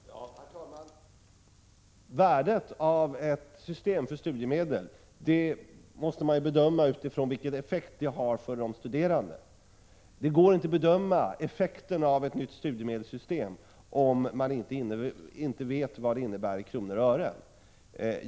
Herr talman! Värdet av ett system för studiemedel måste man bedöma utifrån vilken effekt det har för de studerande. Det går inte att bedöma effekterna av ett nytt studiemedelssystem, om man inte vet vad det innebär i kronor och ören.